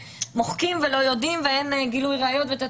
מוחקים ולא יודעים והאין גילוי ראיות ועוד.